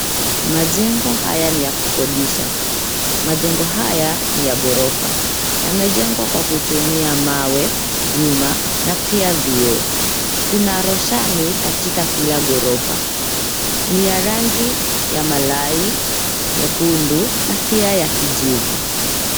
Majengo haya ni ya kukodisha. Majengo haya ni ya ghorofa. Yamejengwa kwa kutumia mawe, vyuma na pia vioo. Kuna roshani katika kila ghorofa. Ni ya rangi ya malai, nyekundu na pia ya kijivu.